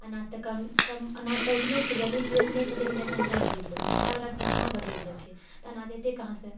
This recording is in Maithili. अनाज तऽ कम कम अनाज तऽ ओतने छै जमीन भी ओतने छै लेकिन जनसङख्या बढ़ि रहलो छै खाइ बलाके सङ्ख्या बढ़ि रहलो छै तऽ अनाज एतै कहाँसँ